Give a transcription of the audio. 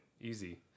Easy